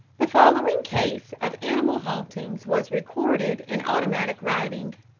the following case of animal hauntings was recorded in automatic writing